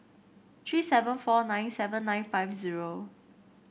three seven four nine seven nine five zero